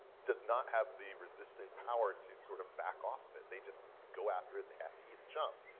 does not have the resistant power to sort of back off of it. they just go after it. they have to eat the chum.